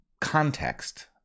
context